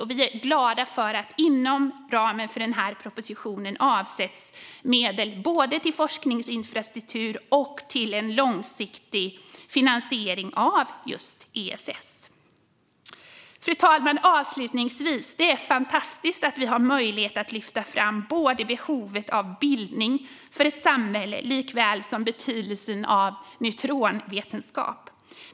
Och vi är glada för att det inom ramen för denna proposition avsätts medel både till forskningsinfrastruktur och till en långsiktig finansiering av just ESS. Avslutningsvis, fru talman: Det är fantastiskt att vi har möjlighet att lyfta fram både behovet av bildning för ett samhälle och betydelsen av neutronvetenskap.